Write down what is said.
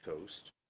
coast